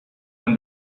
when